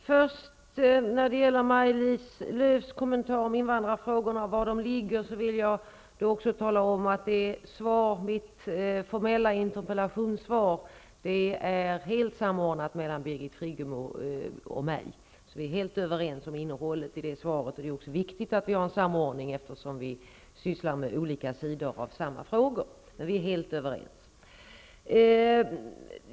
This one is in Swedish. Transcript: Herr talman! Med anledning av Maj-Lis Lööws kommentar om invandrarfrågorna och var de ligger vill jag tala om att det formella svaret på interpellationen är helt samordnat mellan Birgit Friggebo och mig. Vi är helt överens om innehållet i svaret. Det är också viktigt att vi har en samordning eftersom vi sysslar med olika sidor av samma frågor. Men vi är alltså helt överens.